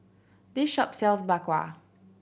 this shop sells Bak Kwa